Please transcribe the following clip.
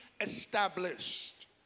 established